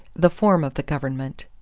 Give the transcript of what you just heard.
the form of the government.